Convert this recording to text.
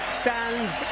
stands